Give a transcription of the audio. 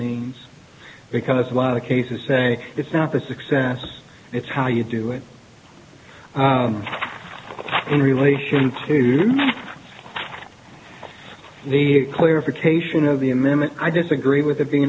means because a lot of cases say it's not the success it's how you do it in relation to the clarification of the amendment i disagree with it being